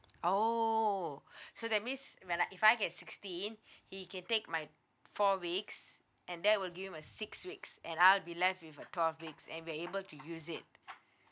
oh so that means when I if I get sixteen he can take my four weeks and that will give him a six weeks and I'll be left with a twelve weeks and we're able to use it